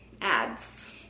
ads